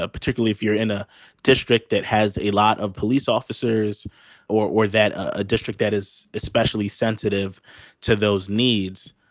ah particularly if you're in a district that has a lot of police officers or or that a district that is especially sensitive to those needs.